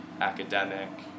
academic